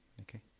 Okay